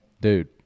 Dude